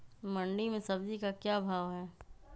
मंडी में सब्जी का क्या भाव हैँ?